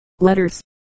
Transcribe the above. letters